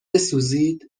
بسوزید